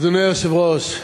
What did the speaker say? אדוני היושב-ראש,